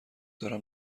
دارم